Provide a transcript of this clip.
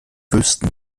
wüssten